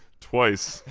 twice.